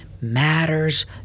matters